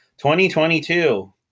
2022